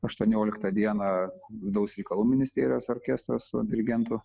aštuonioliktą dieną vidaus reikalų ministerijos orkestras su dirigentu